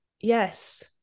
yes